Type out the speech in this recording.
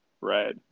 right